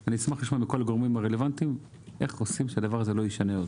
אני אשמח לשמוע מכל הגורמים הרלוונטיים איך עושים שהדבר הזה לא יישנה.